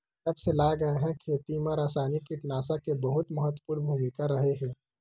जब से लाए गए हे, खेती मा रासायनिक कीटनाशक के बहुत महत्वपूर्ण भूमिका रहे हे